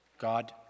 God